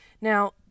Now